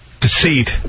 Deceit